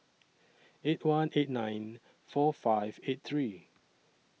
eight one eight nine four five eight three